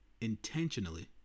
intentionally